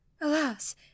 Alas